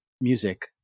music